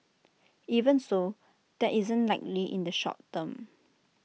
even so that isn't likely in the short term